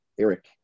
Eric